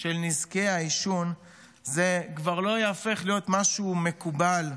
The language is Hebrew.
של נזקי העישון זה כבר לא ייהפך להיות משהו "מקובל".